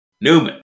Newman